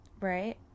right